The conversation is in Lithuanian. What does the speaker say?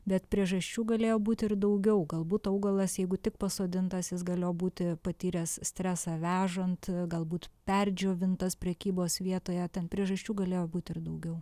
bet priežasčių galėjo būti ir daugiau galbūt augalas jeigu tik pasodintas jis galėjo būti patyręs stresą vežant galbūt perdžiovintas prekybos vietoje ten priežasčių galėjo būti ir daugiau